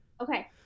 Okay